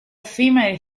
female